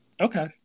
Okay